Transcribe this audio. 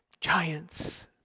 Giants